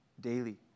daily